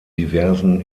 diversen